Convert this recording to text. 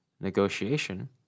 negotiation